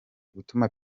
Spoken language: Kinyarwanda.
gutuma